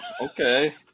okay